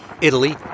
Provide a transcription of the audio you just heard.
Italy